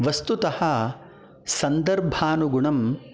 वस्तुतः सन्दर्भानुगुणम्